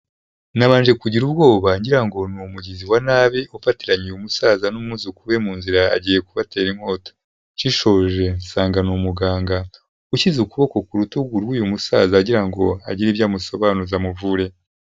Nabanje kugira ubwoba ngira ngo ni umugizi wa nabi ufatiranye uyu musaza n'umwuzukuru we mu nzira agiye kubatera inkota, nshishoje nsanga ni umuganga ushyize ukuboko ku rutugu rw'uyu musaza agira ngo agire ibyo amusobanuza amuvure.